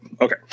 Okay